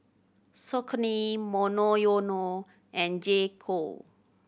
Saucony Monoyono and J Co